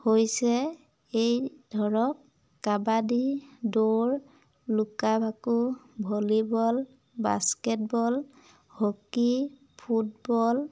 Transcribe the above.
হৈছে এই ধৰক কাবাডী দৌৰ লুকা ভাকু ভলীবল বাস্কেটবল হকী ফুটবল